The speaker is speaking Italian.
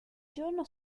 giorno